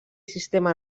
sistema